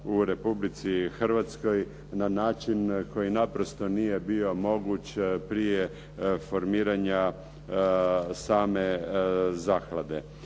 u Republici Hrvatskoj na način koji naprosto nije bio moguć prije formiranja same zaklade.